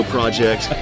Project